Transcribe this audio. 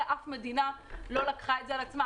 אף מדינה לא לקחה את זה על עצמה,